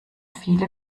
viele